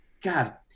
God